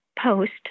post